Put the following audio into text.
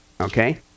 okay